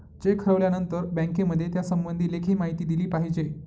check हरवल्यानंतर बँकेमध्ये त्यासंबंधी लेखी माहिती दिली पाहिजे